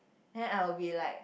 then I would be like